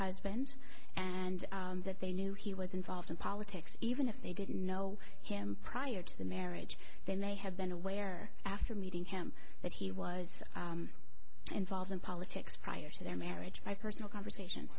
husband and that they knew he was involved in politics even if they didn't know him prior to the marriage they may have been aware after meeting him that he was involved in politics prior to their marriage my personal conversations